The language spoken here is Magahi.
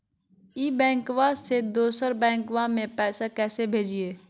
ई बैंकबा से दोसर बैंकबा में पैसा कैसे भेजिए?